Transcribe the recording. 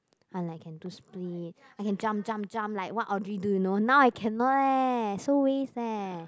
I like can do split I can jump jump jump like what Audrey do you know now I cannot eh so waste eh